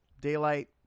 daylight